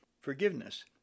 forgiveness